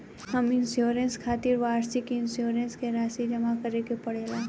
home insurance खातिर वार्षिक insurance के राशि जामा करे के पड़ेला